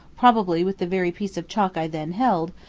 probably with the very piece of chalk i then held,